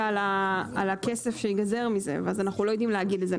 על הכסף שייגזר מזה ואז אנחנו לא יודעים להגיד את זה.